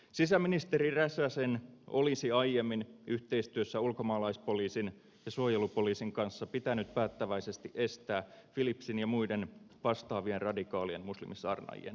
sisäministeri räsäsen olisi aiemmin yhteistyössä ulkomaalaispoliisin ja suojelupoliisin kanssa pitänyt päättäväisesti estää philipsin ja muiden vastaavien radikaalien muslimisaarnaajien maahantulo